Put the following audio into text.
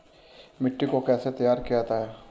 मिट्टी को कैसे तैयार किया जाता है?